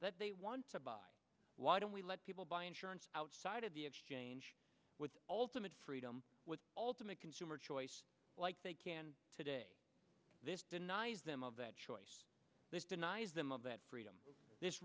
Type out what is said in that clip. that they want to buy why don't we let people buy insurance outside of the exchange with ultimate freedom with ultimate consumer choice like they can today this denies them of that choice this denies them of that freedom this